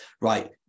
right